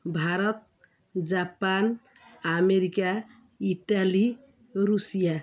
Bharat Japan America Italy Russia